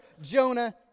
Jonah